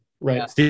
Right